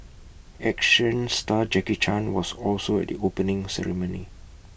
action star Jackie chan was also at the opening ceremony